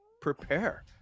prepare